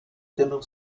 dennoch